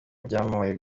byamamare